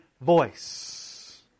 voice